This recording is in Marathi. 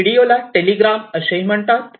PDO ला टेलिग्राम असेही म्हणतात